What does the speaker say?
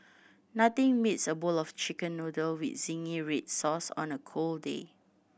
nothing beats a bowl of Chicken Noodle with zingy red sauce on a cold day